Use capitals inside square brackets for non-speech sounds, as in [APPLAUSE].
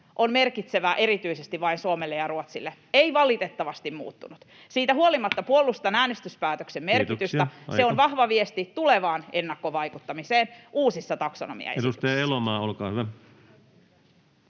on merkitsevä erityisesti vain Suomelle ja Ruotsille, ei valitettavasti muuttunut. [NOISE] Siitä huolimatta puolustan äänestyspäätöksen merkitystä. [Puhemies: Kiitoksia, aika!] Se on vahva viesti tulevaan ennakkovaikuttamiseen uusissa taksonomiaesityksissä.